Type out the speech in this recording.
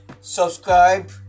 Subscribe